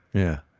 yeah